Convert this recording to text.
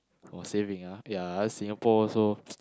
!wah! saving ah ya ah Singapore also